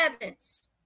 heavens